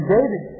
David